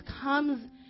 comes